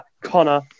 Connor